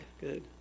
good